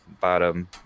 bottom